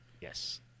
Yes